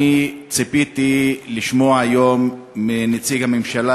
אני ציפיתי לשמוע היום מנציג הממשלה,